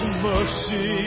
mercy